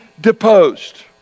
deposed